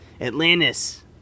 Atlantis